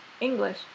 English